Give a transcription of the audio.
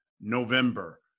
November